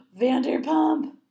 Vanderpump